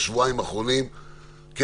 בשבועיים האחרונים,